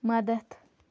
مدتھ